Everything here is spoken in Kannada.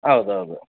ಹೌದೌದು